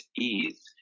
ease